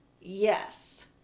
Yes